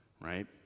right